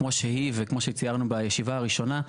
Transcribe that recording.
כמו שהיא וכמו שציירנו בישיבה הראשונה,